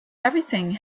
everything